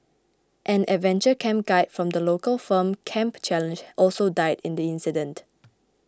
an adventure camp guide from the local firm Camp Challenge also died in the incident